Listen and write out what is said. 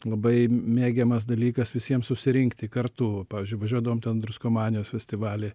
labai mėgiamas dalykas visiems susirinkti kartu pavyzdžiui važiuodavom ten druskomanijos festivalį